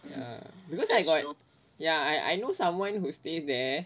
ya because I got ya I I know someone who stays there